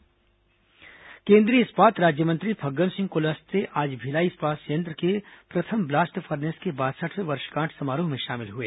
केंद्रीय मंत्री बीएसपी केंद्रीय इस्पात राज्यमंत्री फग्गन सिंह कुलस्ते आज भिलाई इस्पात संयंत्र के प्रथम ब्लास्ट फर्नेस के बासठवें वर्षगांठ समारोह में शामिल हुए